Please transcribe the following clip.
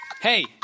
Hey